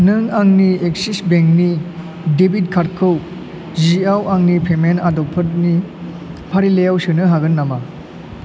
नों आंनि एक्सिस बेंकनि डेबिट कार्डखौ जिआव आंनि पेमेन्ट आदबफोरनि फारिलाइयाव सोनो हागोन नामा